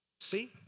See